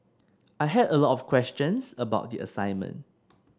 I had a lot of questions about the assignment